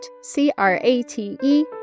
C-R-A-T-E